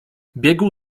biegł